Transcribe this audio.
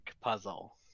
puzzle